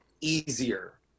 easier